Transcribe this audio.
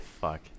fuck